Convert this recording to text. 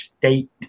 state